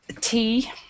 tea